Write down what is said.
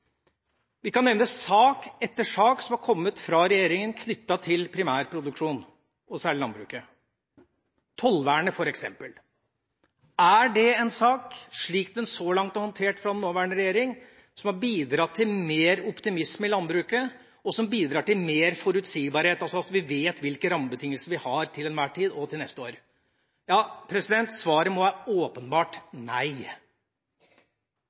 Vi kan nevne sak etter sak som er kommet fra regjeringa knyttet til primærproduksjon, og særlig landbruket – f.eks. tollvernet. Er det en sak, slik den så langt er håndtert fra den nåværende regjering, som har bidratt til mer optimisme i landbruket, og som bidrar til mer forutsigbarhet – altså at vi vet hvilke rammebetingelser vi har til enhver tid og til neste år? Svaret må åpenbart være nei.